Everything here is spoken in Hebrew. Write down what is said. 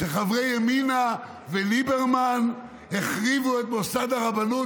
שחברי ימינה וליברמן החריבו את מוסד הרבנות,